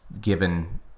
given